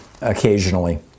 occasionally